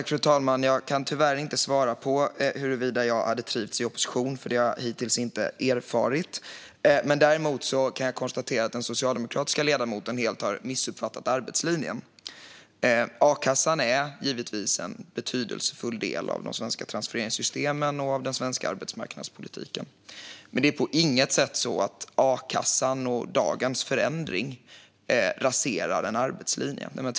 Fru talman! Jag kan tyvärr inte svara på huruvida jag hade trivts i opposition, för det har jag hittills inte erfarit. Däremot kan jag konstatera att den socialdemokratiska ledamoten helt har missuppfattat arbetslinjen. Akassan är givetvis en betydelsefull del av de svenska transfereringssystemen och den svenska arbetsmarknadspolitiken. Men det är på inget sätt så att a-kassan och dagens förändring raserar en arbetslinje.